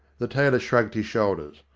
the tailor shrugged his shoulders.